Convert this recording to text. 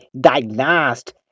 diagnosed